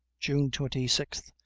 june twenty six,